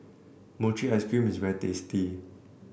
Mochi Ice Cream is very tasty